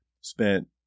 spent